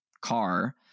car